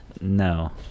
no